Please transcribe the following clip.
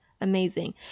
amazing